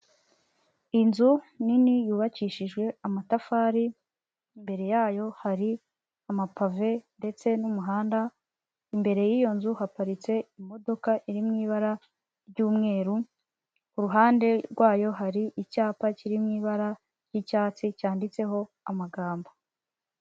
Inzu nini yubakishijwe amatafari, imbere yayo hari amapave ndetse n'umuhanda, imbere y'iyo nzu haparitse imodoka iri mu ibara ry'umweru, ku ruhande rwayo hari icyapa kiri mu ibara ry'icyatsi, cyanditseho amagambo.